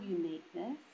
uniqueness